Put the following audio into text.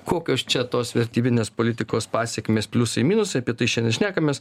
kokios čia tos vertybinės politikos pasekmės pliusai minusai apie tai šian ir šnekamės